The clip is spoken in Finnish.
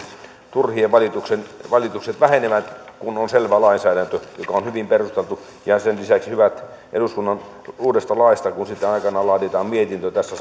turhat valitukset vähenevät kun on selvä lainsäädäntö joka on hyvin perusteltu ja sen lisäksi kun eduskunnan uudesta laista sitten aikanaan laaditaan mietintö tässä